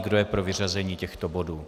Kdo je pro vyřazení těchto bodů?